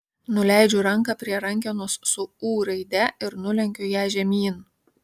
nuleidžiu ranką prie rankenos su ū raide ir nulenkiu ją žemyn